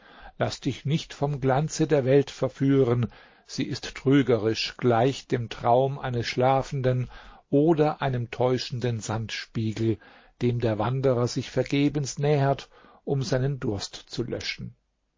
laß dich nicht vom glanze der welt verführen sie ist trügerisch gleich dem traum eines schlafenden oder einem täuschenden sandspiegel dem der wanderer sich vergebens nähert um seinen durst zu löschen